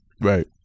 right